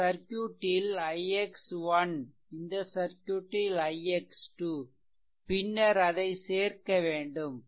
இந்த சர்க்யூட் ல் ix ' இந்த சர்க்யூட் ல் ix " பின்னர் அதை சேர்க்கவேண்டும்